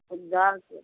और दर्द